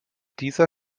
dieser